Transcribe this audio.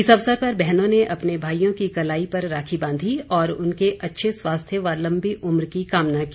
इस अवसर पर बहनों ने अपने भाईयों की कलाई पर राखी बांधी और उनके अच्छे स्वास्थ्य व लम्बी उम्र की कामना की